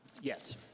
Yes